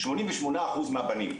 88 אחוז מהבנים,